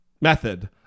method